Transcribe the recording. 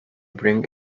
bring